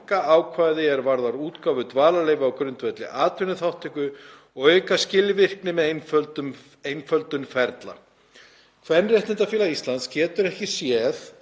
að rýmka ákvæði er varða útgáfu dvalarleyfa á grundvelli atvinnuþátttöku og auka skilvirkni með einföldun ferla.“ Kvenréttindafélag Íslands getur ekki séð